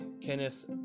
Kenneth